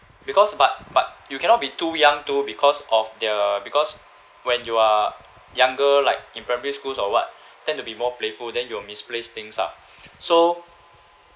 because but but you cannot be too young too because of the because when you are younger like in primary school or what tend to be more playful then you'll misplace things ah so